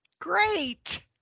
great